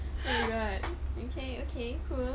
alright okay okay cool